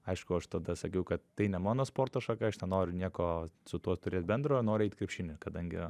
aišku aš tada sakiau kad tai ne mano sporto šaka aš nenoriu nieko su tuo turėt bendro noriu eit į krepšinį kadangi